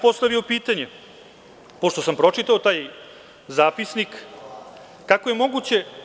Postavio bih pitanje, pošto sam pročitao taj zapisnik, kako je to moguće?